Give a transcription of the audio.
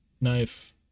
knife